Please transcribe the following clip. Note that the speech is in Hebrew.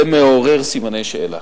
זה מעורר סימני שאלה.